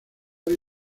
hay